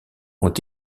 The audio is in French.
ont